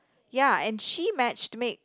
ya and she matched make